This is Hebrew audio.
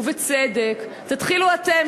ובצדק: תתחילו אתם,